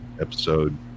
episode